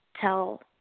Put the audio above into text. tell